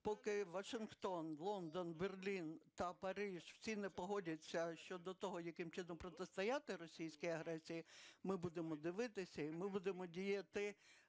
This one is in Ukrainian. поки Вашингтон, Лондон, Берлін та Париж – всі не погодяться щодо того, яким чином протистояти російській агресії, ми будемо дивитися і ми будемо діяти